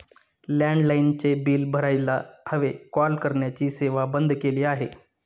लँडलाइनचे बिल भरायला हवे, कॉल करण्याची सेवा बंद केली आहे